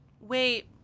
Wait